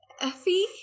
Effie